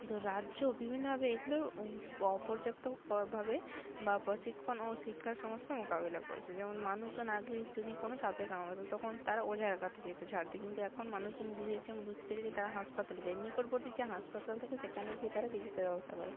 তো রাজ্য বিভিন্নভাবে এগুলোর অপর্যাপ্ত ভাবে বা প্রশিক্ষণ ও শিক্ষার সমস্যার মোকাবিলা করেছে যেমন মানুষজন আগে যদি কোন সাপে কামড়াতো তখন তারা ওঝার কাছে যেত ঝাড়তে কিন্তু এখন মানুষজন বুঝেছেন বুসতে শিখেছে তারা হাসপাতালে যায় নিকটবর্তী যে হাসপাতাল থাকে সেখানে গিয়ে তারা চিকিৎসার ব্যবস্থা করে